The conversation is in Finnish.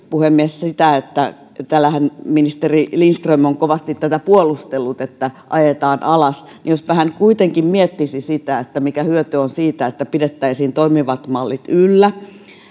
puhemies täällähän ministeri lindström on kovasti sitä puolustellut että ajetaan alas ja niinpä minä toivon että jospa hän kuitenkin miettisi mikä hyöty on siitä että pidettäisiin toimivat mallit yllä